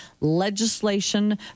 legislation